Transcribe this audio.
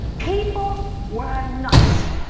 people were nuts.